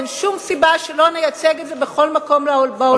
ואין שום סיבה שלא נייצג את זה בכל מקום בעולם.